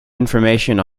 information